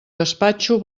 gaspatxo